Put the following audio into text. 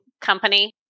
company